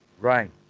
Right